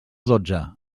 dotze